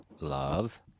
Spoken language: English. Love